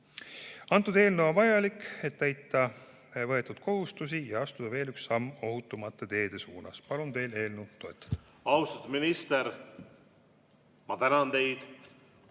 See eelnõu on vajalik, et täita võetud kohustusi ja astuda veel üks samm ohutumate teede suunas. Palun teil eelnõu toetada! Austatud minister, ma tänan teid!